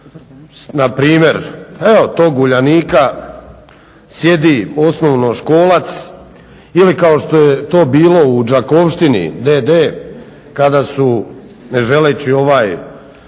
npr. evo tog Uljanika sjedi osnovnoškolac ili kao što je to bilo u "Đakovštini" d.d. kada su ne želeći